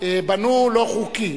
בנו לא חוקי.